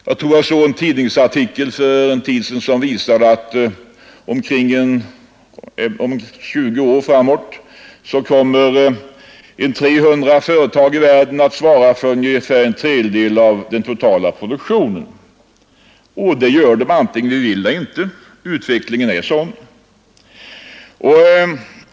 Jag såg en tidningsartikel för en tid sedan som visade att om ungefär 20 år kommer 300 företag i världen att svara för omkring en tredjedel av den totala produktionen. Det gör de vare sig vi vill eller inte; utvecklingen är sådan.